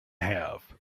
have